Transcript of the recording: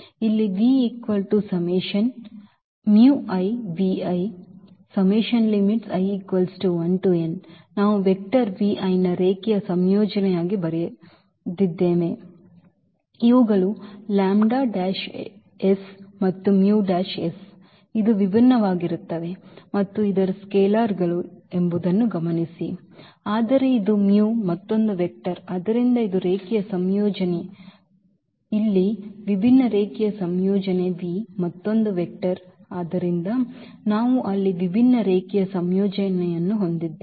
ಇಲ್ಲಿ ನಾವು ವೆಕ್ಟರ್ ನ ರೇಖೀಯ ಸಂಯೋಜನೆಯಾಗಿ ಬರೆದಿದ್ದೇವೆ ಇವುಗಳು ಮತ್ತು ಇದು ವಿಭಿನ್ನವಾಗಿರುತ್ತವೆ ಮತ್ತು ಇತರ ಸ್ಕೇಲರ್ಗಳು ಎಂಬುದನ್ನು ಗಮನಿಸಿ ಆದರೆ ಇದು ಮತ್ತೊಂದು ವೆಕ್ಟರ್ ಆದ್ದರಿಂದ ಇದು ರೇಖೀಯ ಸಂಯೋಜನೆ ಇಲ್ಲಿ ವಿಭಿನ್ನ ರೇಖೀಯ ಸಂಯೋಜನೆ ಮತ್ತೊಂದು ವೆಕ್ಟರ್ ಆದ್ದರಿಂದ ನಾವು ಅಲ್ಲಿ ವಿಭಿನ್ನ ರೇಖೀಯ ಸಂಯೋಜನೆಯನ್ನು ಹೊಂದಿದ್ದೇವೆ